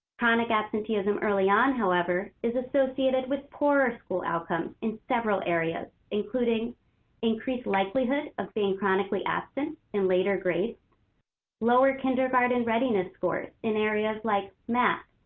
chronic absenteeism early on, however, is associated with poorer school outcomes in several areas, including increased likelihood of being chronically absent in later grades lower kindergarten readiness scores in areas like math,